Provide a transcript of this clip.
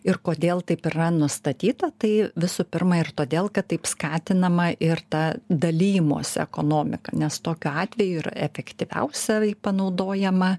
ir kodėl taip yra nustatyta tai visų pirma ir todėl kad taip skatinama ir ta dalijimosi ekonomika nes tokiu atveju ir efektyviausiai panaudojama